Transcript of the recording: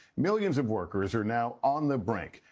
millions of workers are now on the brink.